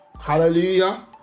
Hallelujah